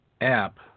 app